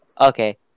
Okay